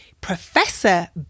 Professor